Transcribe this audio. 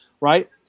right